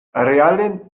reale